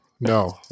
No